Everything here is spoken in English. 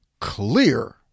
clear